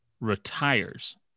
retires